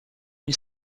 une